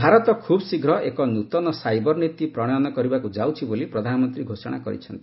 ଭାରତ ଖୁବ୍ଶୀଘ୍ର ଏକ ନୂତନ ସାଇବର ନୀତି ପ୍ରଣୟନ କରିବାକୁ ଯାଉଛି ବୋଲି ପ୍ରଧାନମନ୍ତ୍ରୀ ଘୋଷଣା କରିଛନ୍ତି